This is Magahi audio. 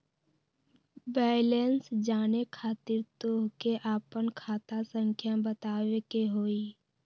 बैलेंस जाने खातिर तोह के आपन खाता संख्या बतावे के होइ?